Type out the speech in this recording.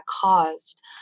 caused